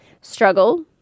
struggle